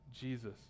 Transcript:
Jesus